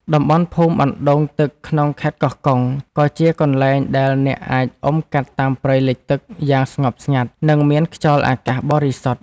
តំបន់ភូមិអណ្ដូងទឹកក្នុងខេត្តកោះកុង ក៏ជាកន្លែងដែលអ្នកអាចអុំកាត់តាមព្រៃលិចទឹកយ៉ាងស្ងប់ស្ងាត់ និងមានខ្យល់អាកាសបរិសុទ្ធ។